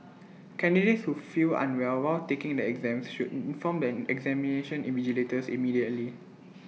candidates who feel unwell while taking the exams should inform the examination invigilators immediately